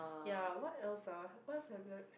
ya what else ah what's have